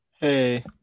Hey